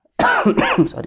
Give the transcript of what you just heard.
Sorry